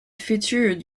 featured